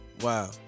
Wow